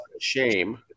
Shame